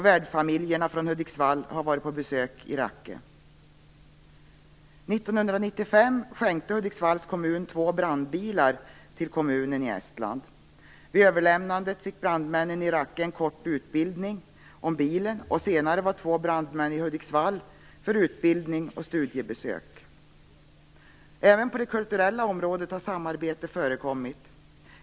Värdfamiljerna från Hudiksvall har varit på besök i Rakke. År 1995 skänkte Hudiksvalls kommun två brandbilar till kommunen i Estland. Vid överlämnandet fick brandmännen i Rakke en kort utbildning om bilen, och senare var två brandmän i Hudiksvall för utbildning och studiebesök. Även på det kulturella området har samarbete förekommit.